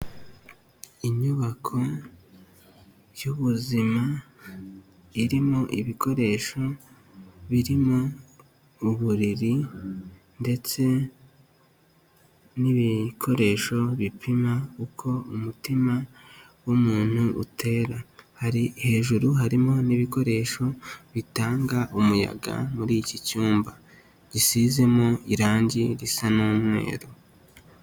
Inyubako y'ubuzima irimo ibikoresho birimo uburiri ndetse n'ibikoresho bipima uko umutima w'umuntu utera. Hejuru harimo n'ibikoresho bitanga umuyaga muri iki cyumba gisizemo irangi risa n'umweru.